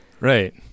Right